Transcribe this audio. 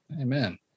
Amen